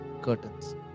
curtains